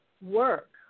work